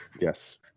Yes